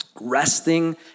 Resting